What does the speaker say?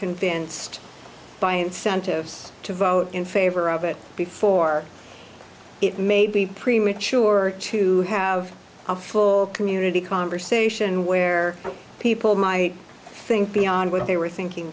convinced by incentives to vote in favor of it before it may be premature to have a full community conversation where people might think beyond what they were thinking